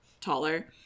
taller